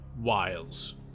wiles